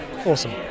Awesome